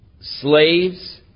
slaves